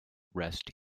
rest